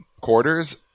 quarters